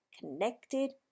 connected